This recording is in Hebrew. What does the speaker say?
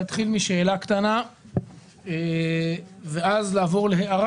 אני רוצה להתחיל משאלה קטנה ואז לעבור להערה